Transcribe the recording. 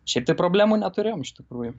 šiaip tai problemų neturėjom iš tikrųjų